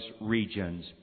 regions